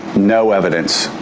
no evidence.